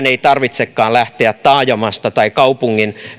ei tarvitsekaan lähteä taajamasta tai kaupungin